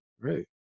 right